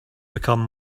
become